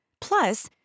Plus